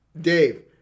Dave